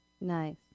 Nice